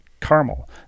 caramel